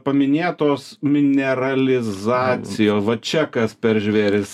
paminėtos mineralizacija va čia kas per žvėris